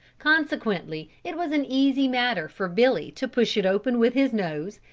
consequently it was an easy matter for billy to push it open with his nose,